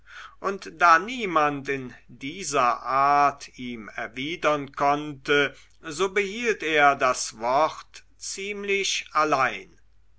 und da niemand in dieser art ihm erwidern konnte so behielt er das wort ziemlich allein